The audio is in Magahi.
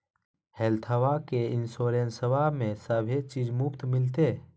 हेल्थबा के इंसोरेंसबा में सभे चीज मुफ्त मिलते?